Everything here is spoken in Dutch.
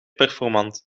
performant